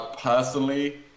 Personally